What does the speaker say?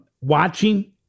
watching